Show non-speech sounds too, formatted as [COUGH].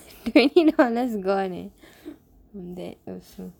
[LAUGHS] really not